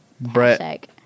brett